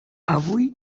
avui